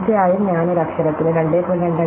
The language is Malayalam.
തീർച്ചയായും ഞാൻ ഒരു അക്ഷരത്തിന് 2